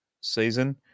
season